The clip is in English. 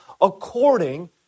according